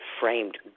framed